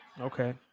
Okay